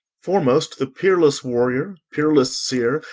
foremost the peerless warrior, peerless seer,